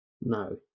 No